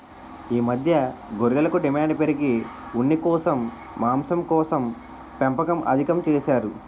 ఈ మధ్య గొర్రెలకు డిమాండు పెరిగి ఉన్నికోసం, మాంసంకోసం పెంపకం అధికం చేసారు